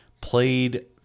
played